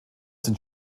sind